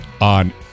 on